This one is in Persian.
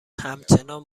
همچنان